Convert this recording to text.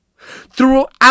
Throughout